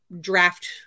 draft